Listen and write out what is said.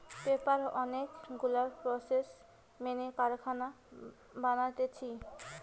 paper অনেক গুলা process মেনে কারখানায় বানাতিছে